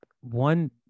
one